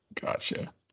gotcha